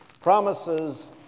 Promises